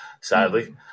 Sadly